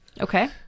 Okay